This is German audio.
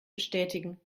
bestätigen